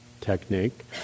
technique